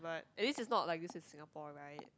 at least it's not like this in Singapore right